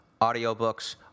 audiobooks